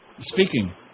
Speaking